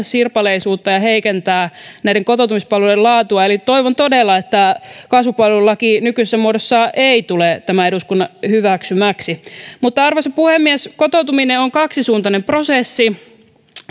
sirpaleisuutta ja heikentää kotoutumispalveluiden laatua eli toivon todella että kasvupalvelulaki nykyisessä muodossaan ei tule tämän eduskunnan hyväksymäksi arvoisa puhemies kotoutuminen on kaksisuuntainen prosessi